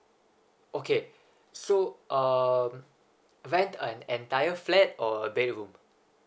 okay so uh rent an entire flat or a bedroom